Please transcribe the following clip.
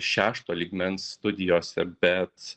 šešto lygmens studijose bet